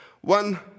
one